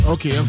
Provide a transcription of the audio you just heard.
Okay